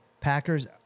Packers